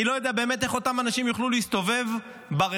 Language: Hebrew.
אני לא יודע איך אותם אנשים יוכלו להסתובב ברחוב.